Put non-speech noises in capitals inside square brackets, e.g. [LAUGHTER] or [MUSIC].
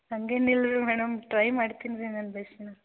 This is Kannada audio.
ಹಂಗೇನು ಇಲ್ಲರಿ ಮೇಡಮ್ ಟ್ರೈ ಮಾಡ್ತೀನಿ ರೀ ನಾನು [UNINTELLIGIBLE]